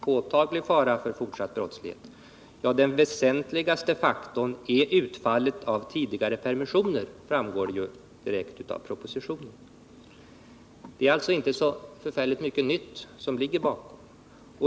Det framgår ju direkt av propositionen att den väsentligaste faktorn är utfallet av tidigare permissioner. Det är alltså inte så särskilt mycket nytt som ligger bakom.